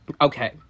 Okay